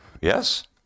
Yes